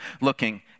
looking